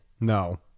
No